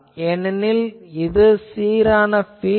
ஏனெனில் இது சீரான பீல்ட்